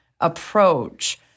approach